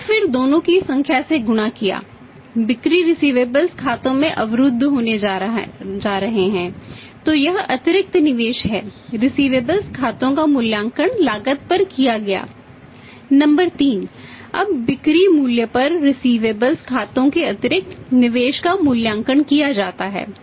और फिर दिनों की संख्या से गुणा किया बिक्री रिसिवेबल्स खातों के अतिरिक्त निवेश का मूल्यांकन किया जाता है